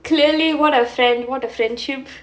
clearly what a friend what a friendship